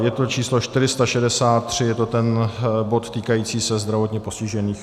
Je to číslo 463, je to ten bod týkající se zdravotně postižených.